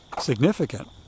significant